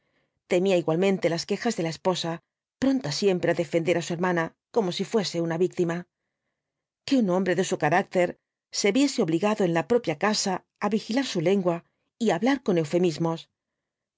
temía igualmente las quejas de la esposa pronta siempre á defender á su hermana como si fuese una víctima que un hombre de su carácter se viese obligado en la propia casa á vigilar su lengua y hablar con eufemismos